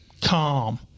calm